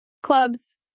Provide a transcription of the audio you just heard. Clubs